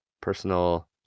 personal